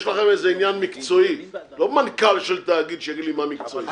יש לכם איזה עניין מקצועי לא מנכ"ל של תאגיד שיגיד לי מה מקצועי.